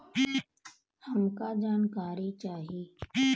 हमका जानकारी चाही?